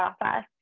process